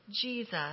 Jesus